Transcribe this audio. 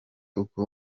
uko